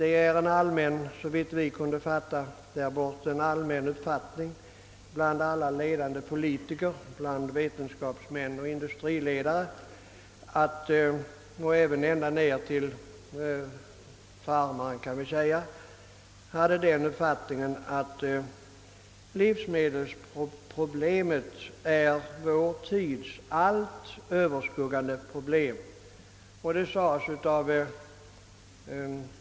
Enligt det intryck vi fick där borta är det bland ledande politiker, vetenskapsmän och industriledare, ja man vågar nog påstå ända ned bland farmarna, en allmän uppfattning att livsmedelsproblemet är vår tids allt överskuggande problem.